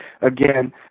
Again